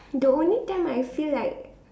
the only time I feel like